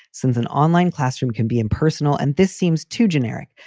since an online classroom can be impersonal and this seems too generic,